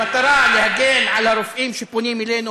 במטרה להגן על הרופאים שפונים אלינו,